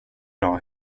dag